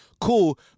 Cool